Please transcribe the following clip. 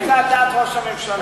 האם זה על דעת ראש הממשלה?